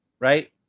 right